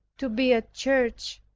to be at church,